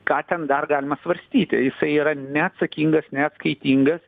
ką ten dar galima svarstyti jisai yra neatsakingas neatskaitingas